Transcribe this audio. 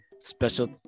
Special